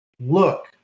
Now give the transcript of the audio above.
look